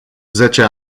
zece